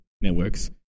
networks